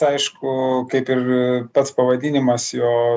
aišku kaip ir pats pavadinimas jo